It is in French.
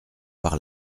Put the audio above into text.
par